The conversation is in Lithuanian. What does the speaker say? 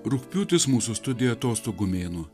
rugpjūtis mūsų studija atostogų mėnuo